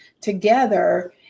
together